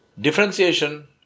Differentiation